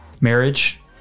marriage